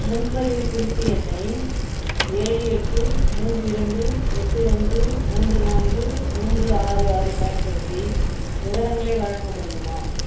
முன்பதிவுக் குறிப்பு எண்ணை ஏழு எட்டு மூன்று இரண்டு எட்டு ஒன்று மூன்று நான்கு மூன்று ஆறு ஆறு பயன்படுத்தி விவரங்களை வழங்க முடியுமா